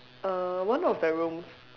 uh one of the rooms